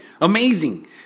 Amazing